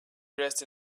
dressed